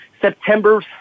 September